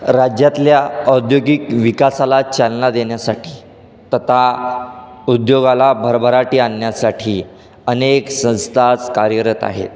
राज्यातल्या औद्योगिक विकासाला चालना देण्यासाठी तथा उद्योगाला भरभराटी आणण्यासाठी अनेक संस्थाच कार्यरत आहेत